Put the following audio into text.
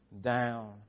down